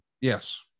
Yes